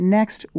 Next